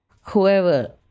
whoever